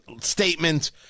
statement